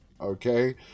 okay